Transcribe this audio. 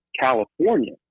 California